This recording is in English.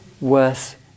worth